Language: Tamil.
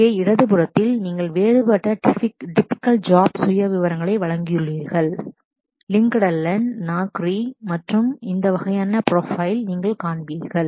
இங்கே இடதுபுறத்தில் நீங்கள் வேறுபட்ட டிபிக்கல் ஜாப் typical job சுயவிவரங்களை வழங்கியுள்ளீர்கள் சென்டர் LinkedIn Naukri நauக்ரி மற்றும் இந்த வகையான ப்ரொபைல் நீங்கள் காண்பீர்கள்